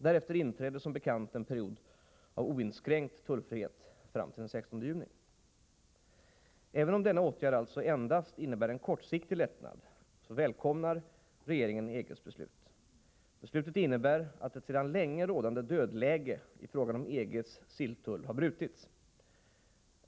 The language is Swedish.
Därefter inträder som bekant en period av oinskränkt tullfrihet fram till den 16 juni. Även om denna åtgärd alltså endast innebär en kortsiktig lättnad, välkomnar regeringen EG:s beslut. Beslutet innebär att ett sedan länge - Nr 68 rådande dödläge i frågan om EG:s silltull har brutits.